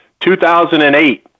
2008